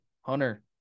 Hunter